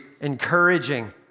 encouraging